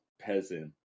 peasant